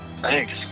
Thanks